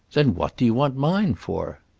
then what do you want mine for?